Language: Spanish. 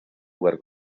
lugar